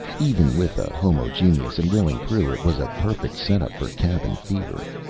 even with a homogeneous and willing crew, it was a perfect set-up for cabin fever,